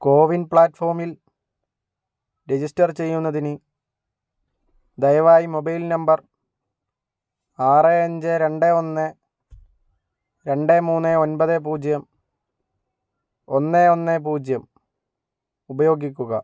കോ win പ്ലാറ്റ്ഫോമിൽ register ചെയ്യുന്നതിന് ദയവായി മൊബൈൽ നമ്പർ ആറ് അഞ്ച് രണ്ട് ഒന്ന് രണ്ട് മൂന്ന് ഒൻപത് പൂജ്യം ഒന്ന് ഒന്ന് പൂജ്യം ഉപയോഗിക്കുക